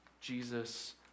Jesus